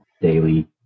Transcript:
daily